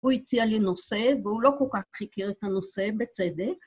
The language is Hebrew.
הוא הציע לי נושא והוא לא כל כך היכר את הנושא, בצדק.